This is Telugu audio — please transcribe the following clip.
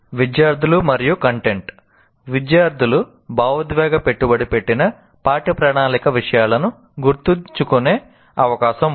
విద్యార్థులు మరియు కంటెంట్ విద్యార్థులు భావోద్వేగ పెట్టుబడి పెట్టిన పాఠ్యప్రణాళిక విషయాలను గుర్తుంచుకునే అవకాశం ఉంది